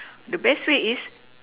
the best way is